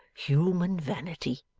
human vanity